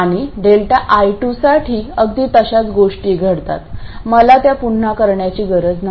आणि ΔI2 साठी अगदी तशाच गोष्टी घडतात मला त्या पुन्हा करण्याची गरज नाही